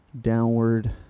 downward